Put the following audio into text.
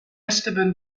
esteban